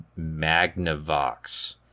Magnavox